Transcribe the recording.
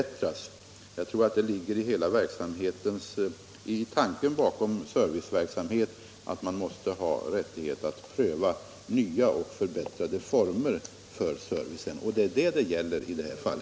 Tanken bakom serviceverksamheten måste alltid vara att man skall kunna pröva nya och förbättrade former för servicen. Det är det som det gäller i detta fall.